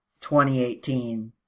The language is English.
2018